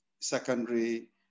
secondary